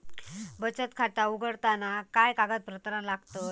बचत खाता उघडताना काय कागदपत्रा लागतत?